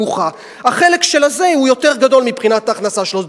החלק של זה יותר גדול מבחינת ההכנסה שלו.